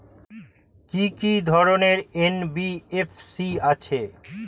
কি কি ধরনের এন.বি.এফ.সি আছে?